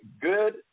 good